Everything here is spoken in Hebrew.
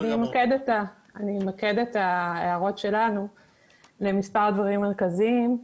אני אמקד את ההערות שלנו למספר דברים מרכזיים.